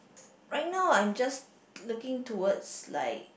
why not I'm just looking towards like